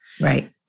Right